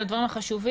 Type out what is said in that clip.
על הדברים החשובים,